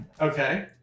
Okay